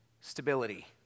stability